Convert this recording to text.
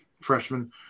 freshman